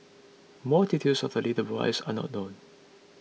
more details of the little boys are not known